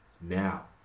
now